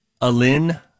Alin